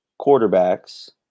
quarterbacks